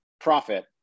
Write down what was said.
profit